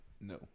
no